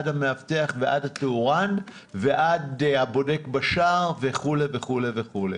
עד המאבטח ועד התאורן ועד הבודק בשער וכו' וכו'.